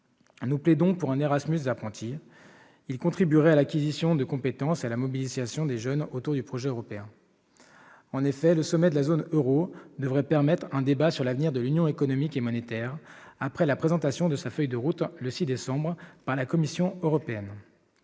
Nous plaidons notamment pour un Erasmus des apprentis : ce dispositif contribuerait à l'acquisition des compétences et à la mobilisation des jeunes autour du projet européen. Enfin, le sommet de la zone euro devrait permettre un débat sur l'avenir de l'union économique et monétaire, après la présentation de sa feuille de route, le 6 décembre dernier, par la Commission européenne.